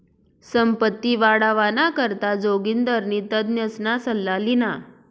संपत्ती वाढावाना करता जोगिंदरनी तज्ञसना सल्ला ल्हिना